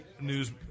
news